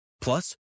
Plus